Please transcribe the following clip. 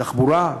תחבורה,